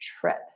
trip